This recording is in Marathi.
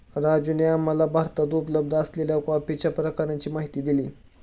राजूने आम्हाला भारतात उपलब्ध असलेल्या कॉफीच्या प्रकारांची माहिती दिली